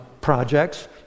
projects